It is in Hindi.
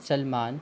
सलमान